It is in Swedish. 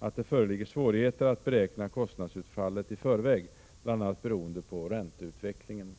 att det föreligger svårigheter att beräkna kostnadsutfallet i förväg — bl.a. beroende på ränteutvecklingen.